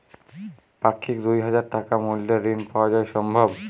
পাক্ষিক দুই হাজার টাকা মূল্যের ঋণ পাওয়া সম্ভব?